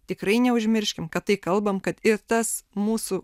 tikrai neužmirškim kad tai kalbam kad ir tas mūsų